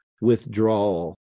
withdrawal